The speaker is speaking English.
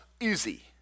easy